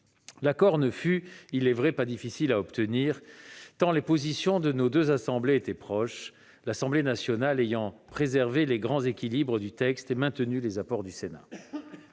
L'accord ne fut, il est vrai, pas difficile à obtenir, tant les positions de nos deux assemblées étaient proches, l'Assemblée nationale ayant préservé les grands équilibres du texte et maintenu les apports du Sénat.